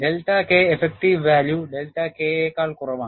delta K effective value delta K യേക്കാൾ കുറവാണ്